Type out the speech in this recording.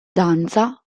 danza